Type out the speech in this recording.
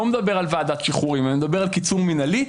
מדבר על ועדת שחרורים אלא על קיצור מינהלי.